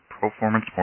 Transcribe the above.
Performance